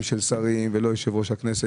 של שרים ולא תפקיד כיושב-ראש הכנסת,